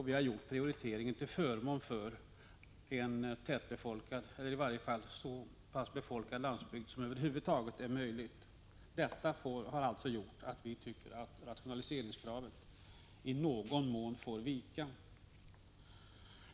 Vi har gjort prioriteringen till förmån för en tätbefolkad eller i varje fall så befolkad landsbygd som det över huvud taget är möjligt. Detta har gjort att rationaliseringskravet i någon mån fått vika.